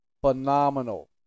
Phenomenal